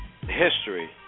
history